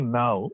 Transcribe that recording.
now